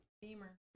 Beamer